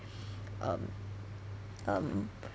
um um